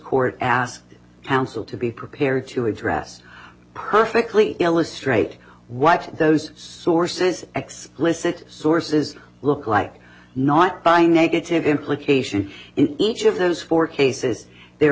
court ask counsel to be prepared to address perfectly illustrate what those sources explicit sources look like not by negative implication in each of those four cases there